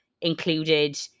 included